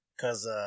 Cause